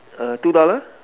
err two dollar